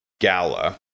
gala